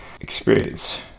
experience